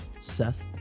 Seth